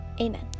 Amen